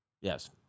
Yes